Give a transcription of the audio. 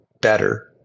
better